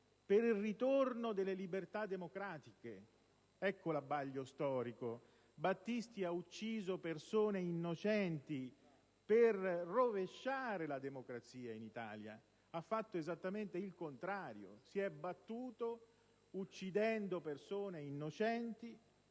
per il ritorno delle libertà democratiche». Ecco l'abbaglio storico: Battisti ha ucciso persone innocenti per rovesciare la democrazia in Italia. Ha fatto quindi esattamente il contrario. Si è battuto uccidendo persone innocenti